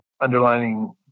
underlining